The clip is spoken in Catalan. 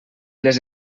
les